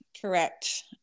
correct